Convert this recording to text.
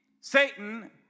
Satan